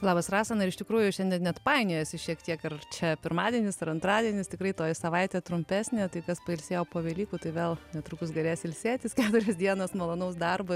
labas rasa na ir iš tikrųjų šiandien net painiojasi šiek tiek ar čia pirmadienis ar antradienis tikrai toji savaitė trumpesnė tai kas pailsėjo po velykų tai vėl netrukus galės ilsėtis keturios dienos malonaus darbo